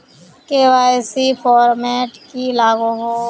KYC format की लागोहो?